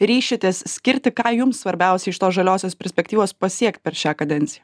ryšitės skirti ką jums svarbiausia iš tos žaliosios perspektyvos pasiekt per šią kadenciją